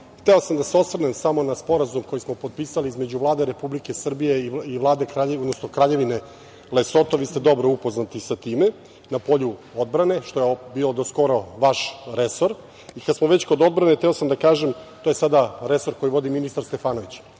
sam da se osvrnem samo na sporazum koji smo potpisali između Vlade Republike Srbije i Vlade Kraljevine Lesoto. Vi ste dobro upoznati sa time, na polju odbrane, što je bio do skoro vaš resor. Kada smo već kod odbrane hteo sam da kažem, to je sada resor koji vodi ministar Stefanović.